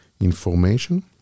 information